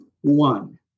one